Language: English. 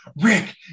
Rick